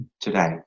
today